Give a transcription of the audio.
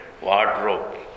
wardrobe